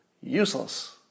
Useless